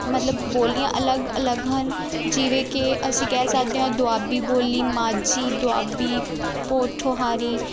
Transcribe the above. ਮਤਲਬ ਬੋਲੀਆਂ ਅਲੱਗ ਅਲੱਗ ਹਨ ਜਿਵੇਂ ਕਿ ਅਸੀਂ ਕਹਿ ਸਕਦੇ ਹਾਂ ਦੁਆਬੀ ਬੋਲੀ ਮਾਝੀ ਦੁਆਬੀ ਪੋਠੋਹਾਰੀ